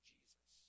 Jesus